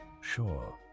sure